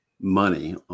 money